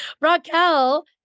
Raquel